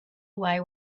away